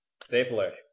Stapler